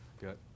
Good